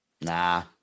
Nah